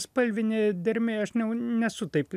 spalvinė dermė aš ne nesu taip